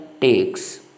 takes